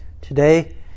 Today